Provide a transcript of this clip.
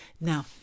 Now